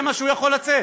זה מה שהוא יכול לצאת,